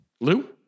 Lou